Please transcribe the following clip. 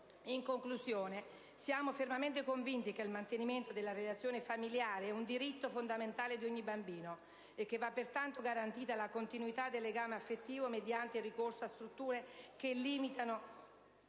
In conclusione, siamo fermamente convinti che il mantenimento della relazione familiare è un diritto fondamentale di ogni bambino e che va, pertanto, garantita la continuità del legame affettivo mediante il ricorso a strutture che limitino